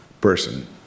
person